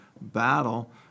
battle